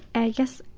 i guess,